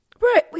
right